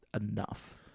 enough